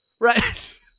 right